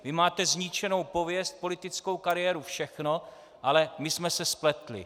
Vy máte zničenou pověst, politickou kariéru, všechno, ale my jsme se spletli.